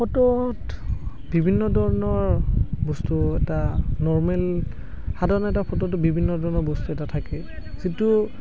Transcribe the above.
ফটোত বিভিন্ন ধৰণৰ বস্তু এটা নৰ্মেল সাধাৰণ এটা ফটোত বিভিন্ন ধৰণৰ বস্তু এটা থাকে যিটো